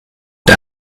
der